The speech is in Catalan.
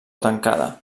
tancada